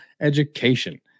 education